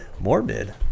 Morbid